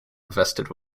invested